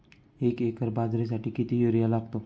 एक एकर बाजरीसाठी किती युरिया लागतो?